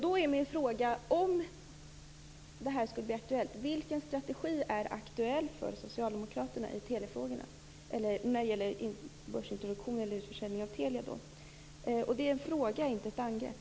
Då är min fråga: Om en utförsäljning av Telia skulle bli aktuell, vilken strategi skulle då vara aktuell för Socialdemokraterna i telefrågorna? Det är en fråga, inte ett angrepp.